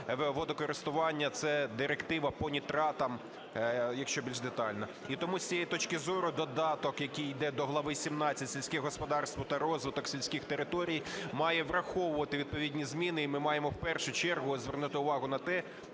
водокористування - це директива по нітратам, якщо більш детально. І тому з цієї точки зору додаток, який йде до глави 17 "Сільське господарство та розвиток сільських територій" має враховувати відповідні зміни і ми маємо в першу чергу звернути увагу на те,